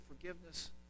forgiveness